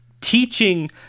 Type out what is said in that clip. teaching